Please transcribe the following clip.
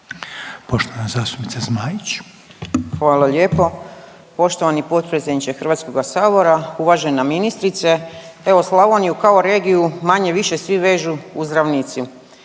Poštovani potpredsjedniče Hrvatskoga sabora, uvažena ministrice. Evo Slavoniju kao regiju manje-više svi vežu uz ravnicu.